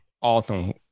Awesome